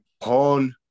pawn